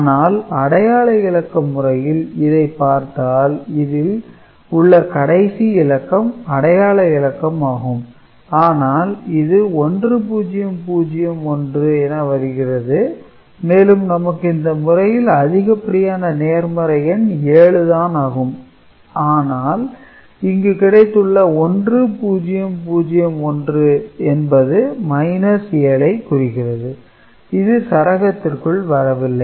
ஆனால் அடையாள இலக்கம் முறையில் இதை பார்த்தால் இதில் உள்ள கடைசி இலக்கம் அடையாள இலக்கம் ஆகும் ஆனால் இது 1001 என வருகிறது மேலும் நமக்கு இந்த முறையில் அதிகப்படியான நேர்மறை எண் 7 தான் ஆகும் ஆனால் இங்கு கிடைத்துள்ள 1001 என்பது 7 குறிக்கிறது இது சரகத்திற்குள் வரவில்லை